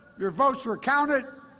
your votes were counted,